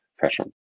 fashion